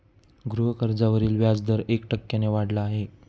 गृहकर्जावरील व्याजदर एक टक्क्याने वाढला आहे